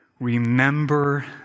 Remember